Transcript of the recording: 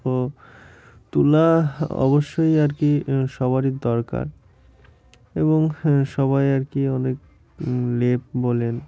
তো তুলা অবশ্যই আর কি সবারই দরকার এবং সবাই আর কি অনেক লেপ বলেন